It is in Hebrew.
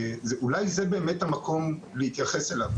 אולי זהו, באמת, המקום להתייחס אליו.